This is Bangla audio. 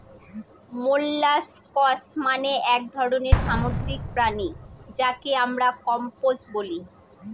মোল্লাসকস মানে এক ধরনের সামুদ্রিক প্রাণী যাকে আমরা কম্বোজ বলি